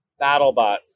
BattleBots